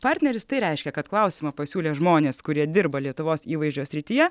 partneris tai reiškia kad klausimą pasiūlė žmonės kurie dirba lietuvos įvaizdžio srityje